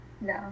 No